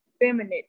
feminine